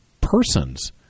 persons